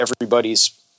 everybody's